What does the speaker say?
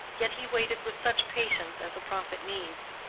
yet he waited with such patience as a prophet needs,